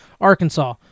Arkansas